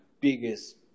biggest